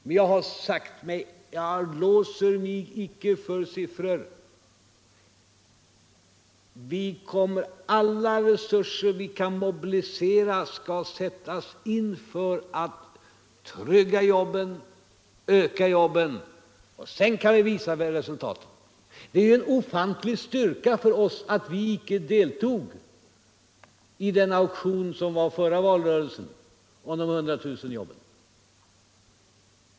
Men jag har sagt: Jag låser mig icke för siffror. Alla resurser som vi kan mobilisera skall sättas in för att trygga jobben och för att öka jobben. Sedan kan vi visa resultaten. Det är ju en ofantlig styrka för oss att vi icke deltog i auktionen i förra valrörelsen om de hundratusen jobben.